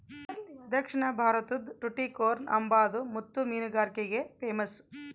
ದಕ್ಷಿಣ ಭಾರತುದ್ ಟುಟಿಕೋರ್ನ್ ಅಂಬಾದು ಮುತ್ತು ಮೀನುಗಾರಿಕ್ಗೆ ಪೇಮಸ್ಸು